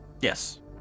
Yes